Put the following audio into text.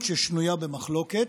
מדיניות שנויה במחלוקת,